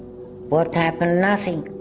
what happened? nothing.